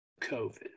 COVID